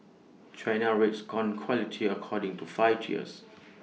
China rates corn quality according to five tiers